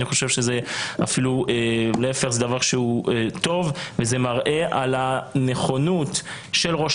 אני חושב שזה אפילו טוב ומראה על הנכונות של ראש